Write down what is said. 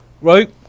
Right